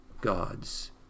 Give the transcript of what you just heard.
gods